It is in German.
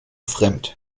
fremd